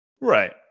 Right